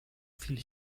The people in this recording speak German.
viel